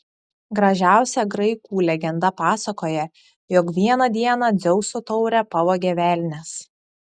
gražiausia graikų legenda pasakoja jog vieną dieną dzeuso taurę pavogė velnias